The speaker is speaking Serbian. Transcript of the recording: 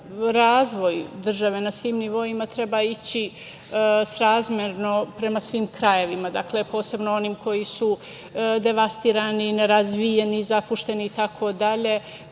razvoj države na svim nivoima treba ići srazmerno prema svim krajevima, dakle, posebno onim koji su devastirani, nerazvijeni, zapušteni itd.